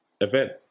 event